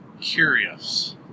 Curious